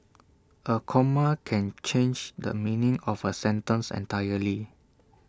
A comma can change the meaning of A sentence entirely